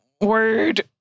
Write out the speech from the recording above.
word